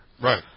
Right